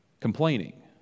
complaining